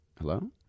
hello